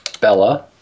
bella